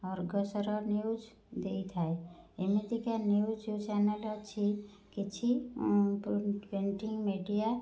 ଅର୍ଗସର news ଦେଇଥାଏ ଏମିତିକା news ଯେଉଁ ଚ୍ୟାନେଲ ଅଛି କିଛି ପେଣ୍ଟିଂ ମିଡ଼ିଆ